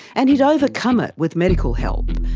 and he'd overcome it with medical help.